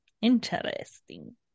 Interesting